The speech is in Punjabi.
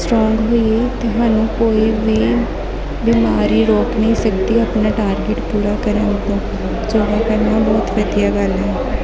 ਸਟਰੋਂਗ ਹੋਈਏ ਅਤੇ ਸਾਨੂੰ ਕੋਈ ਵੀ ਬਿਮਾਰੀ ਰੋਕ ਨਹੀਂ ਸਕਦੀ ਆਪਣਾ ਟਾਰਗੈਟ ਪੂਰਾ ਕਰਨ ਤੋਂ ਯੋਗਾ ਕਰਨਾ ਬਹੁਤ ਵਧੀਆ ਗੱਲ ਹੈ